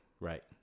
right